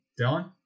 Dylan